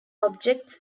objects